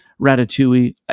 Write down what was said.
ratatouille